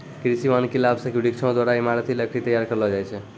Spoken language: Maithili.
कृषि वानिकी लाभ से वृक्षो द्वारा ईमारती लकड़ी तैयार करलो जाय छै